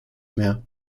mehr